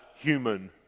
human